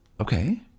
Okay